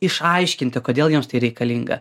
išaiškinti kodėl jiems tai reikalinga